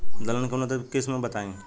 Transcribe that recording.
दलहन के उन्नत किस्म बताई?